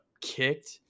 kicked